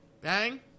Bang